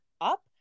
up